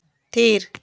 ᱛᱷᱤᱨ